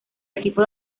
equipo